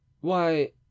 Why